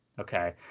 Okay